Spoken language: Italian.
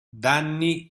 danni